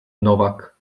nowak